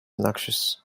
noxious